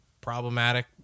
problematic